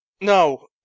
no